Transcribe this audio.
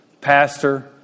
pastor